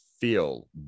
feel